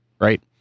right